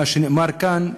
מה שנאמר כאן,